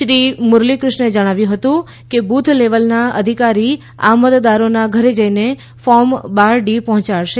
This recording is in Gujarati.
શ્રી મુરલીકૃષણે જણાવ્યું હતુ કે બુથ લેવલના અધિકારી આ મતદારોના ઘરે જઈને ફોર્મ બાર ડી પહોંચાડશે